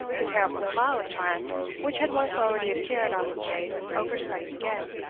the terrible smile of triumph which had once already appeared on his face overspread it again.